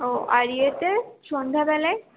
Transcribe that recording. ও আর ইয়েতে সন্ধ্যাবেলায়